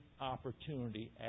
opportunity